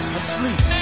asleep